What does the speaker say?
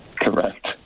Correct